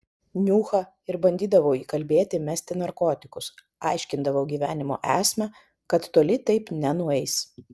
niuchą ir bandydavau įkalbėti mesti narkotikus aiškindavau gyvenimo esmę kad toli taip nenueis